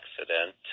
accident